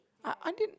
I I didn~